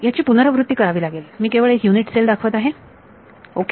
याची पुनरावृत्ती करावी लागेल मी केवळ एक युनिट सेल दाखवत आहे ओके